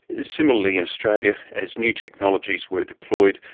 similarly in australia, as new technologies were deployed,